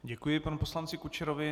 Děkuji panu poslanci Kučerovi.